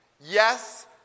Yes